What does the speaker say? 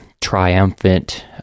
triumphant